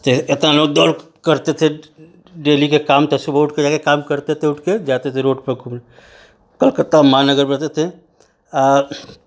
त इतना दौड़ करते थे डेली के काम त सुबह उठ कर जाके काम करते थे उठ कर जाते थे रोड पर घूमने कलकत्ता महानगर में रहते थे आ